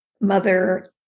mother